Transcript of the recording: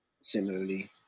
similarly